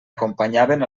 acompanyaven